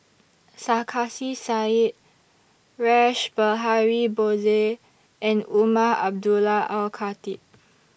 Sarkasi Said Rash Behari Bose and Umar Abdullah Al Khatib